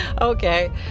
Okay